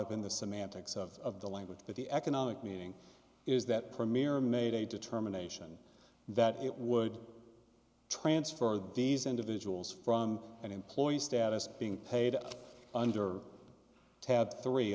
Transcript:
up in the semantics of the language that the economic meeting is that premier made a determination that it would transfer these individuals from an employee status being paid under tab three